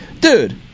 Dude